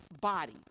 body